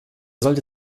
sollte